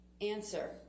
Answer